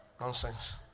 Nonsense